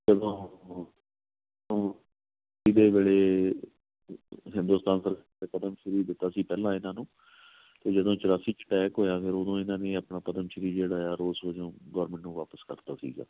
ਪਹਿਲਾਂ ਕਿਸੇ ਵੇਲੇ ਹਿੰਦੁਸਤਾਨ ਪਦਮ ਸ਼੍ਰੀ ਦਿੱਤਾ ਸੀ ਪਹਿਲਾਂ ਇਹਨਾਂ ਨੂੰ ਅਤੇ ਜਦੋਂ ਚੁਰਾਸੀ 'ਚ ਅਟੈਕ ਹੋਇਆ ਫਿਰ ਉਦੋਂ ਇਹਨਾਂ ਨੇ ਆਪਣਾ ਪਦਮ ਸ਼੍ਰੀ ਜਿਹੜਾ ਹੈ ਰੋਸ ਵਜੋਂ ਗੋਰਮਟ ਨੂੰ ਵਾਪਸ ਕਰਤਾ ਸੀਗਾ